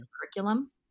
curriculum